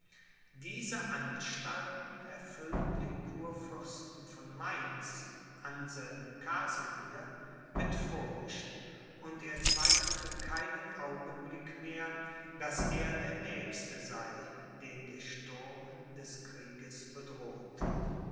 diese anstalten erfüllten den kurfürsten von mainz anselm casimir mit furcht und er zweifelte keinen augenblick mehr daß er der nächste sei den der sturm des krieges bedrohte